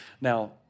Now